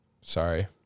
Sorry